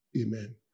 amen